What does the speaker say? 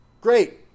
great